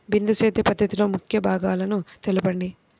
బిందు సేద్య పద్ధతిలో ముఖ్య భాగాలను తెలుపండి?